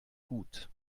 gut